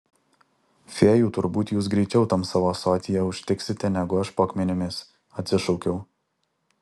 fėjų turbūt jūs greičiau tam savo ąsotyje užtiksite negu aš po akmenimis atsišaukiau